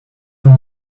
from